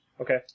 Okay